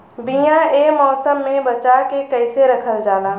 बीया ए मौसम में बचा के कइसे रखल जा?